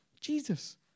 Jesus